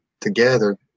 together